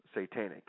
satanic